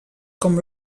com